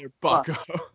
Bucko